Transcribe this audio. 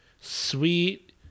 sweet